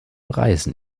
reisen